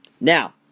Now